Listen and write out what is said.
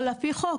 או על פי חוק,